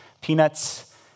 peanuts